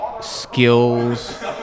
skills